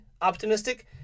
optimistic